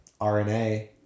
RNA